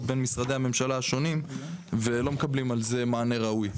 בין משרדי הממשלה השונים ולא מקבלים על זה מענה ראוי.